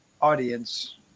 audience